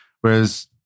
Whereas